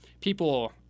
people